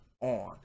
on